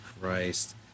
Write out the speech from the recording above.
Christ